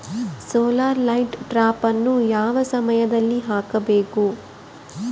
Solar light ಟ್ರಾಪನ್ನು ಯಾವ ಸಮಯದಲ್ಲಿ ಹಾಕಬೇಕು?